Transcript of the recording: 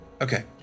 Okay